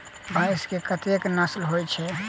भैंस केँ कतेक नस्ल होइ छै?